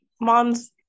moms